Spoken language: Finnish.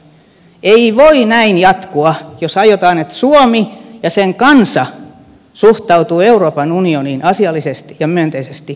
ei voi näin jatkua jos aiotaan että suomi ja sen kansa suhtautuu euroopan unioniin asiallisesti ja myönteisesti